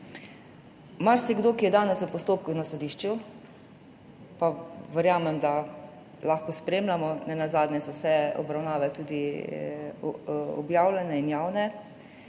marsikom, ki je danes v postopku na sodišču, pa verjamem, da lahko spremljamo, nenazadnje so vse obravnave tudi objavljene in javne,